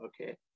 okay